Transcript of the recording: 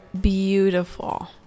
beautiful